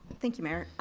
thank you mayor.